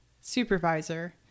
supervisor